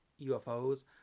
UFOs